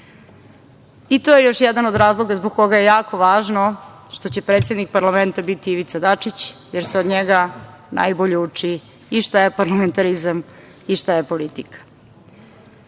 To je još jedan od razloga zbog koga je jako važno što će predsednik parlamenta biti Ivica Dačić, jer se od njega najbolje uči i šta je parlamentarizam i šta je politika. Ne